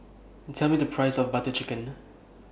Tell Me The Price of Butter Chicken